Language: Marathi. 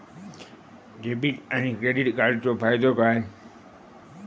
डेबिट आणि क्रेडिट कार्डचो फायदो काय?